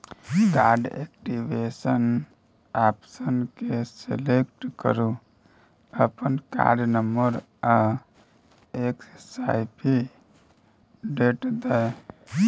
card activation option केँ select करु अपन कार्ड नंबर आ एक्सपाइरी डेट दए